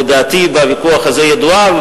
ודעתי בוויכוח הזה ידועה,